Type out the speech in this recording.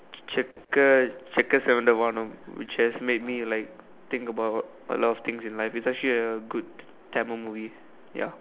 checkered checkered seven the one which has made me like think about a lot of things in life it's actually a good Tamil movie ya